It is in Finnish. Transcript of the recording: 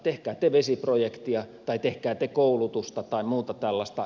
tehkää te vesiprojektia tai tehkää te koulutusta tai muuta tällaista